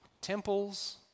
Temples